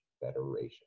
Federation